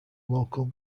local